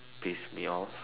piss me off